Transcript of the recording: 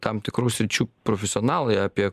tam tikrų sričių profesionalai apie